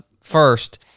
first